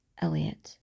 Elliot